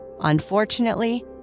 Unfortunately